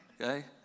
okay